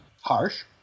harsh